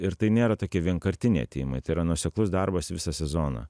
ir tai nėra tokie vienkartiniai atėjimai tai yra nuoseklus darbas visą sezoną